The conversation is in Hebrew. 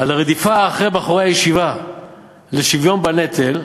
על הרדיפה אחרי בחורי הישיבה לשוויון בנטל,